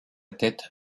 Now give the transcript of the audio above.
tête